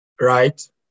right